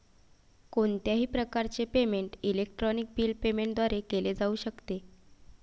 कोणत्याही प्रकारचे payment electronic bill payment द्वारे केले जाऊ शकते